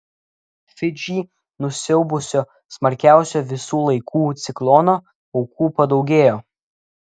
fidžį nusiaubusio smarkiausio visų laikų ciklono aukų padaugėjo